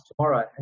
tomorrow